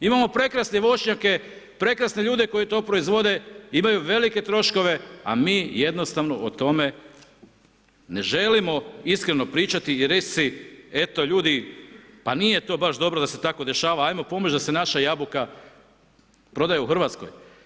Imamo prekrasne voćnjake, prekrasne ljude ko to proizvode, imaju velike troškove a mi jednostavno o tome ne želimo iskreno pričati i reći si eto ljudi, pa nije to baš dobro da se tako dešava, ajmo pomoć da se naša jabuka prodaje u Hrvatskoj.